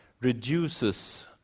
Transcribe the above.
reduces